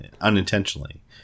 unintentionally